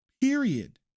period